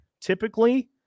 typically